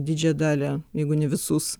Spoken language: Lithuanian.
didžiąją dalį jeigu ne visus